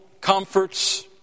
comforts